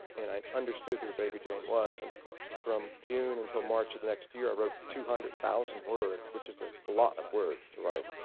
and i understood who vega jane was, and from june until march of the next year, i wrote two hundred thousand words, which is a lot of words to write.